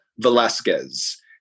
Velasquez